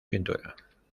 pintura